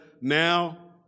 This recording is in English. Now